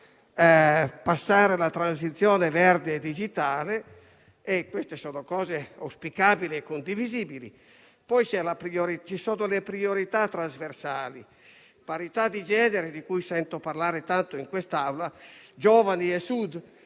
lavoro e passare alla transizione verde e digitale; queste sono cose auspicabili e condivisibili. Poi ci sono le priorità trasversali: la parità di genere, di cui sento parlare tanto in quest'Aula, i giovani e il